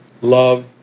love